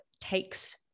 takes